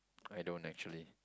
I don't actually